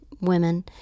women